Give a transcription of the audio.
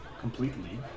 completely